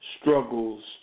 struggles